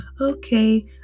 Okay